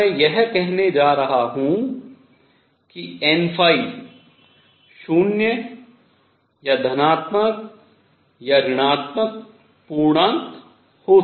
तो मैं यह कहने जा रहा हूँ कि n शून्य या धनात्मक या ऋणात्मक पूर्णांक हो सकता है